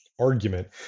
argument